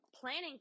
planning